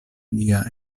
lia